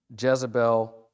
Jezebel